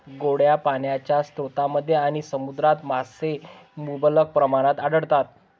गोड्या पाण्याच्या स्रोतांमध्ये आणि समुद्रात मासे मुबलक प्रमाणात आढळतात